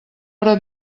hora